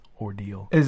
Ordeal